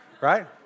right